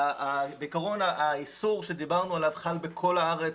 בעיקרון האיסור עליו דיברנו חל בכל הארץ,